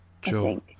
Sure